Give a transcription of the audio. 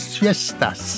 fiestas